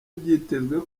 byitezwe